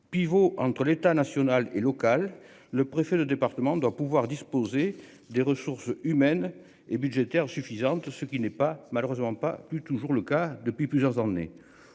Pivot entre l'État national et local, le préfet de département doit pouvoir disposer des ressources humaines et budgétaires suffisantes, ce qui n'est pas malheureusement pas plus toujours le cas depuis plusieurs années